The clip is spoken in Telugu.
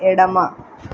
ఎడమ